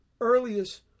earliest